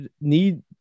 need